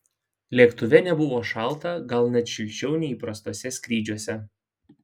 lėktuve nebuvo šalta gal net šilčiau nei įprastuose skrydžiuose